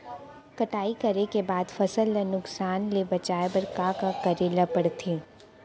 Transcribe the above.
कटाई करे के बाद फसल ल नुकसान ले बचाये बर का का करे ल पड़थे?